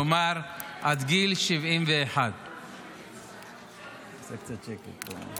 כלומר עד גיל 71. תעשה קצת שקט פה.